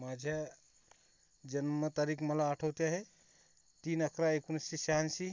माझी जन्मतारीख मला आठवते आहे तीन अकरा एकोणीसशे शहाऐंशी